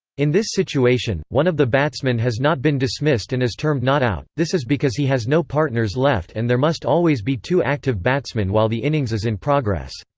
in this situation, one of the batsman has not been dismissed and is termed not out this is because he has no partners left and there must always be two active batsmen while the innings is in progress.